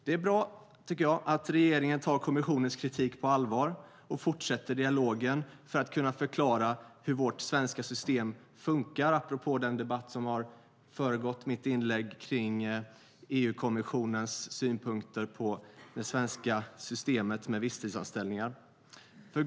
Det är bra, tycker jag, att regeringen tar kommissionens kritik på allvar och fortsätter dialogen för att kunna förklara hur vårt svenska system funkar, apropå den debatt som har föregått mitt inlägg kring EU-kommissionens synpunkter på det svenska systemet med visstidsanställningar.